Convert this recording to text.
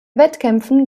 wettkämpfen